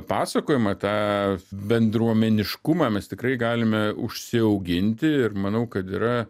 pasakojamą tą bendruomeniškumą mes tikrai galime užsiauginti ir manau kad yra